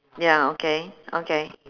ya okay okay